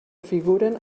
figuren